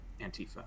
antifa